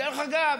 דרך אגב,